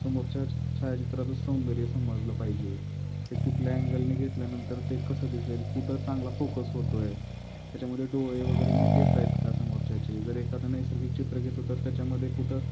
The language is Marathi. समोरच्या छायाचित्राचं सौंदर्य समजलं पाहिजे ते कुठल्या अँगलने घेतल्यानंतर ते कसं दिसेल कुठं चांगला फोकस होतो आहे त्याच्यामध्ये डोळे वगैरे नीट येत आहेत का समोरच्याचे जर एखादं नैसर्गिक चित्र घेतो तर त्याच्यामध्ये कुठं